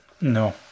no